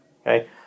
Okay